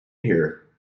here